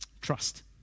Trust